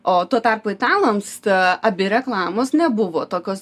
o tuo tarpu italams ta abi reklamos nebuvo tokios